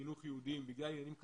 חינוך יהודיים בגלל עניינים כלכליים,